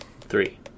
Three